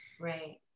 Right